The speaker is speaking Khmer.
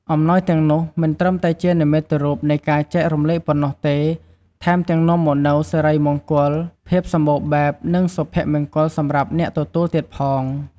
អំណោយទាំងនោះមិនត្រឹមតែជានិមិត្តរូបនៃការចែករំលែកប៉ុណ្ណោះទេ ថែមទាំងនាំមកនូវសិរីមង្គល ភាពសម្បូរបែប និងសុភមង្គលសម្រាប់អ្នកទទួលទៀតផង។